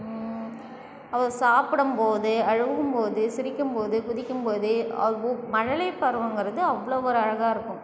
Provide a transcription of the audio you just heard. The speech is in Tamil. அவள் சாப்பிடும்போது அழுவும்போது சிரிக்கும்போது குதிக்கும் போது அவு மழலை பருவங்கிறது அவ்வளோ ஒரு அழகாக இருக்கும்